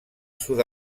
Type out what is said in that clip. sud